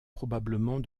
probablement